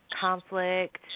conflict